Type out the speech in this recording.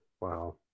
wow